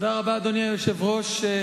אדוני היושב-ראש,